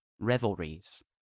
Revelries